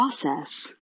process